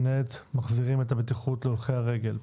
מנהלת מחזירים את הבטיחות להולכי הרגל.